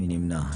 מי נמנע?